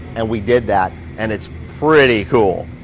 and we did that and it's pretty cool.